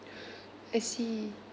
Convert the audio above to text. I see